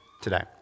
today